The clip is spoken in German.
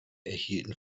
erhielten